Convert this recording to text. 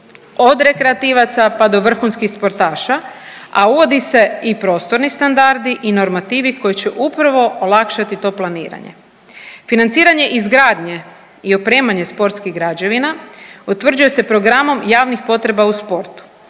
od rekreativaca pa do vrhunskih sportaša, a uvodi se i prostorni standardi i normativi koji će upravo olakšati to planiranje. Financiranje izgradnje i opremanje sportskih građevina utvrđuje se programom javnih potreba u sportu.